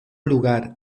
lugar